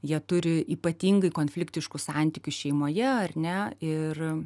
jie turi ypatingai konfliktiškus santykius šeimoje ar ne ir